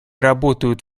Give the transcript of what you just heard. работают